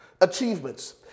achievements